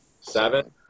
seven